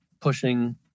pushing